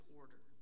order